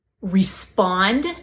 respond